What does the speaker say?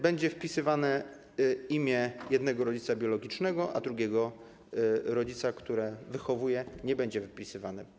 Będzie wpisywane imię jednego rodzica biologicznego, a imię drugiego rodzica, który je wychowuje, nie będzie wpisywane.